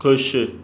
खु़शि